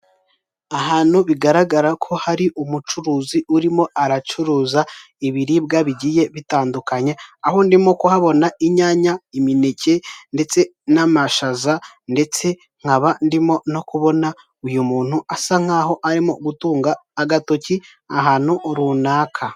Ahantu bigaragara ko hari umucuruzi urimo aracuruza ibiribwa bigiye bitandukanye aho ndimo kuhabona inyanya, imineke ndetse n'amashaza ndetse nkaba ndimo no kubona uyu muntu asa nkaho arimo gutunga agatoki ahantu runaka .